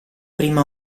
prima